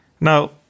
Now